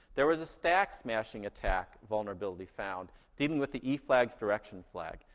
there was a stack smashing attack vulnerability found dealing with the eflags direction flag.